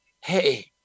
hey